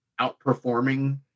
outperforming